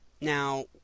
Now